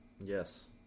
Yes